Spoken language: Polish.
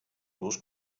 nóź